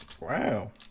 Wow